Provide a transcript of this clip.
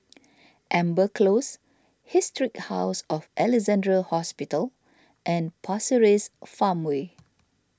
Amber Close Historic House of Alexandra Hospital and Pasir Ris Farmway